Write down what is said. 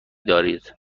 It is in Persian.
دارید